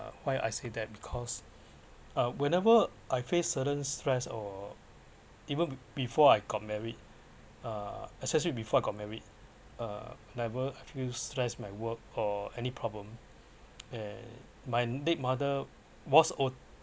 why I say that because uh whenever I face certain stress or even before I got married uh especially before I got married uh whenever I felt stress on my work or any problem and my late mother was always